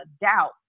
doubt